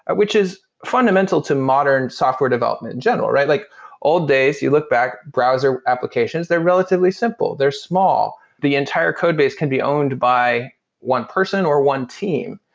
but which is fundamental to modern software development in general, right? like old days you look back browser applications, they're relatively simple, they're small. the entire code base can be owned by one person or one team.